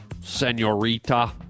senorita